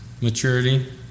maturity